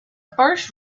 first